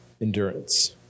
endurance